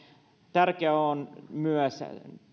tärkeää myös